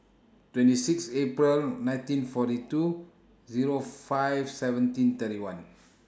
twenty six April nineteen forty two Zero five seventeen thirty one